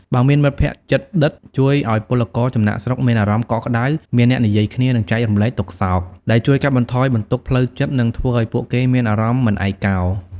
បើមានមិត្តភក្តិជិតដិតជួយឱ្យពលករចំណាកស្រុកមានអារម្មណ៍កក់ក្ដៅ មានអ្នកនិយាយគ្នា និងចែករំលែកទុក្ខសោក ដែលជួយកាត់បន្ថយបន្ទុកផ្លូវចិត្ត និងធ្វើឱ្យពួកគេមានអារម្មណ៍មិនឯកោ ។